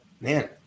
man